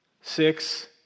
Six